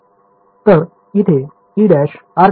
तर इथे r′ ∈ V2